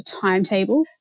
timetable